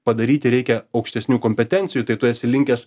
padaryti reikia aukštesnių kompetencijų tai tu esi linkęs